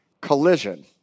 collision